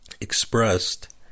Expressed